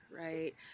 right